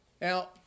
Now